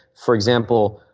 for example,